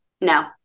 no